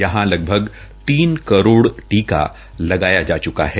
यहां लगभग तीन करोड़ टीका लगाया जा च्का है